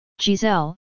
Giselle